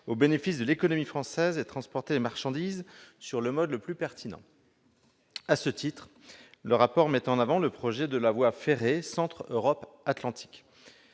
au bénéfice de l'économie française et de transporter les marchandises sur le mode le plus pertinent ». À ce titre, leur rapport met en avant le projet de la voie ferrée Centre Europe Atlantique.